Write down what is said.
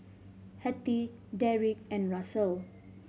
Hattie Deric and Russel